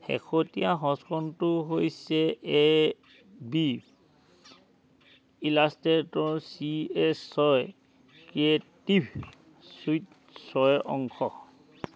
শেহতীয়া সংস্কৰণটো হৈছে Adobe Illustrator C S ছয় ক্ৰিয়েটিভ ছুইট ছয়ৰ অংশ